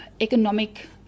economic